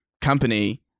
company